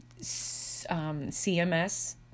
CMS